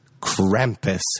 Krampus